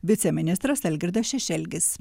viceministras algirdas šešelgis